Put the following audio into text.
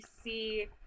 see